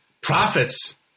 profits